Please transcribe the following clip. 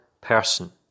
person